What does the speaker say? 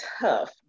tough